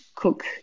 cook